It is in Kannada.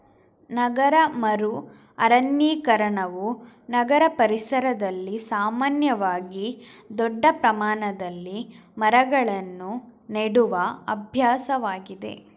ನಗರ ಮರು ಅರಣ್ಯೀಕರಣವು ನಗರ ಪರಿಸರದಲ್ಲಿ ಸಾಮಾನ್ಯವಾಗಿ ದೊಡ್ಡ ಪ್ರಮಾಣದಲ್ಲಿ ಮರಗಳನ್ನು ನೆಡುವ ಅಭ್ಯಾಸವಾಗಿದೆ